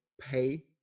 pay